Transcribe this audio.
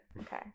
okay